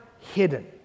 hidden